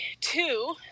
two